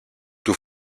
του